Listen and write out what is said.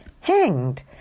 hanged